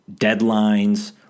Deadlines